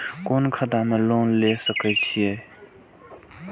कोन खाता में लोन ले सके छिये?